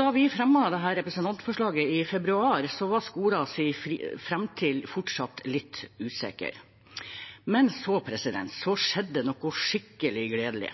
Da vi fremmet dette representantforslaget i februar, var skolens framtid fortsatt litt usikker. Men så skjedde det noe skikkelig gledelig.